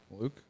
Luke